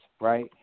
right